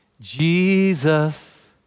Jesus